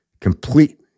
complete